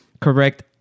correct